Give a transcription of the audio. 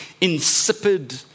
insipid